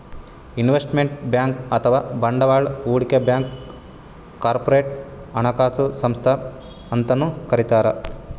investment bank ಅಥವಾ ಬಂಡವಾಳ್ ಹೂಡಿಕೆ ಬ್ಯಾಂಕ್ಗ್ ಕಾರ್ಪೊರೇಟ್ ಹಣಕಾಸು ಸಂಸ್ಥಾ ಅಂತನೂ ಕರಿತಾರ್